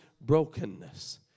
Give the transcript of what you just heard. brokenness